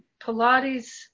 Pilates